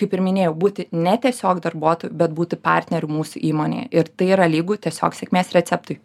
kaip ir minėjau būti ne tiesiog darbuotoju bet būti partneriu mūsų įmonėje ir tai yra lygu tiesiog sėkmės receptui